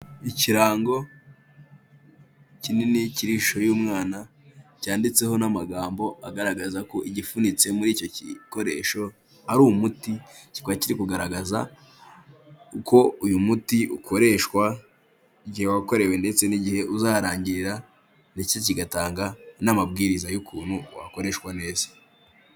Ikirango kinini kiriho ishusho y'umwana cyanditseho n'amagambo agaragaza ko igifunitse muri icyo gikoresho ari umuti kikaba kiri kugaragaza uko uyu muti ukoreshwa igihe wakorewe ndetse n'igihe uzarangirira ndetse kigatanga n'amabwiriza y'ukuntu wakoreshwa neza.